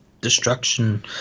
destruction